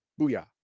Booyah